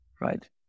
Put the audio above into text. right